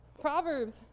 Proverbs